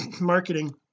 marketing